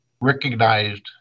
recognized